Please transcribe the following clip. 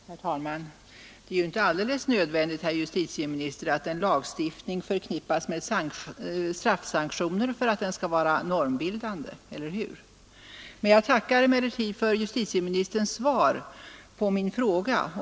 Herr talman! Det är ju inte alldeles nödvändigt, herr justitieminister, att en lagstiftning förknippas med straffsanktioner för att den skall vara normbildande. Jag tackar emellertid för justitieministerns svar på min fråga.